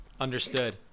Understood